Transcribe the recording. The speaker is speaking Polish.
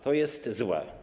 To jest złe.